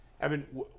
Evan